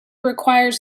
requires